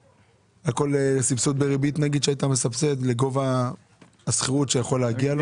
על כל סבסוד בריבית נגיד שהיית מסבסד לגובה השכירות שיכול להגיע לו?